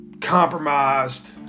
compromised